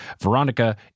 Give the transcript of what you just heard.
Veronica